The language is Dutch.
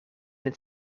het